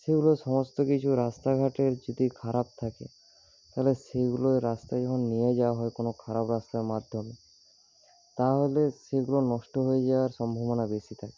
সেগুলো সমস্ত কিছু রাস্তাঘাট যদি খারাপ থাকে তাহলে সেগুলো রাস্তায় যখন নিয়ে যাওয়া হয় কোনো খারাপ রাস্তার মাধ্যমে তাহলে সেগুলো নষ্ট হয়ে যাওয়ার সম্ভবনা বেশি থাকে